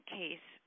case